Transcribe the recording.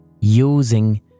using